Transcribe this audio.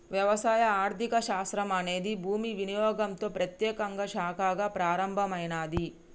వ్యవసాయ ఆర్థిక శాస్త్రం అనేది భూమి వినియోగంతో ప్రత్యేకంగా శాఖగా ప్రారంభమైనాది